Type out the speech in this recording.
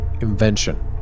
invention